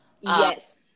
Yes